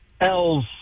Ls